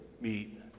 meet